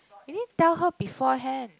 you need tell her beforehand